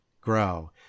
grow